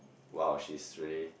!wow! she's really